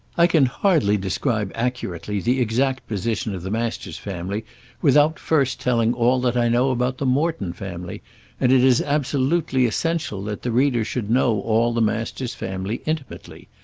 i can hardly describe accurately the exact position of the masters family without first telling all that i know about the morton family and it is absolutely essential that the reader should know all the masters family intimately.